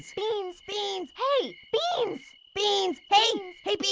so beans. beans. hey, beans. beans. hey, hey, beans,